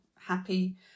happy